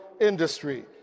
industry